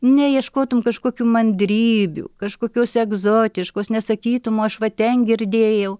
neieškotum kažkokių mandrybių kažkokios egzotiškos nesakytum o aš va ten girdėjau